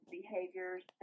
behaviors